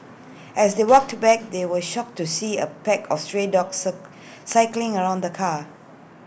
as they walked to back they were shocked to see A pack of stray dogs circling around the car